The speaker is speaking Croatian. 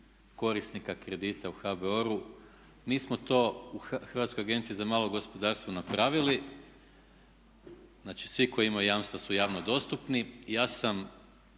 korisnika kredita u HBOR-u, mi smo to u Hrvatskoj agenciji za malo gospodarstvo napravili, znači svi koji imaju jamstva su javno dostupni. Ja sam